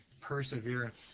perseverance